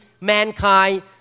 mankind